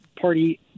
party